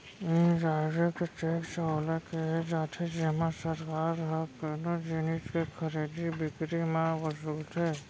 indirect tax ओला केहे जाथे जेमा सरकार ह कोनो जिनिस के खरीदी बिकरी म वसूलथे